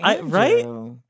Right